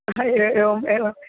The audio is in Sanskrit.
तथा ए एवम् एवम्